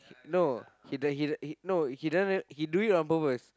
no he d~ he d~ no he d~ he do it on purpose